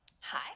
Hi